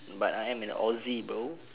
but I am an aussie bro